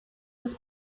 das